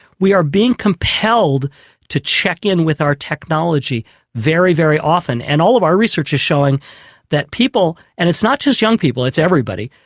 we are being compelled to check in with our technology very, very often and all of our research is showing that people, and it's not just young people it's everybody,